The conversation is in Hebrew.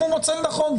אם הוא מוצא לנכון.